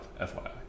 FYI